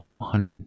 hundred